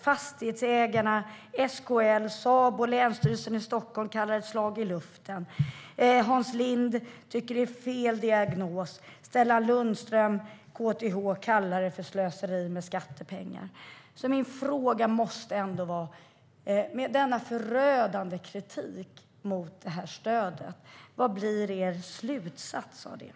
Fastighetsägarna, SKL, Sabo och Länsstyrelsen i Stockholms län kallar det för ett slag i luften. Hans Lind tycker att det är fel diagnos. Stellan Lundström på KTH kallar det för slöseri med skattepengar. Min fråga måste bli: Vad blir er slutsats av denna förödande kritik mot stödet, Mehmet Kaplan?